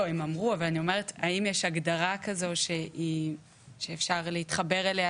אבל אני שואלת האם יש הגדרה שאפשר להתחבר אליה.